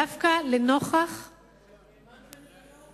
דווקא לנוכח, והאמנת לנתניהו?